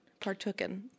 partooken